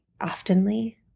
oftenly